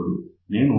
నేను 1